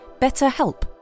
BetterHelp